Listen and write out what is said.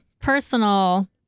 personal